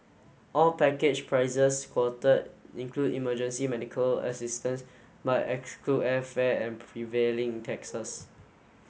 all package prices quoted include emergency medical assistance but exclude airfare and prevailing taxes